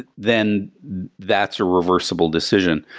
ah then that's a reversible decision.